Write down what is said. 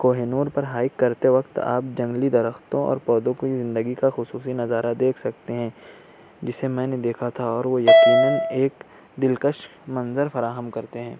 کوہ نور پر ہائیک کرتے وقت آپ جنگلی درختوں اور پودوں کو ہی زندگی کا خصوصی نظارہ دیکھ سکتے ہیں جسے میں نے دیکھا تھا اور وہ یقیناً ایک دلکش منظر فراہم کرتے ہیں